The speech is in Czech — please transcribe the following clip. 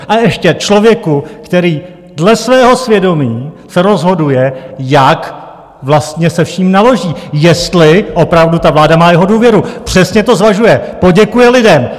A ještě člověku, který dle svého svědomí se rozhoduje, jak vlastně se vším naloží, jestli opravdu ta vláda má jeho důvěru, přesně to zvažuje, poděkuje lidem.